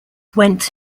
went